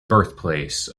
birthplace